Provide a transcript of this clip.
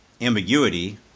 ambiguity